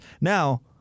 Now